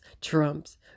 Trump's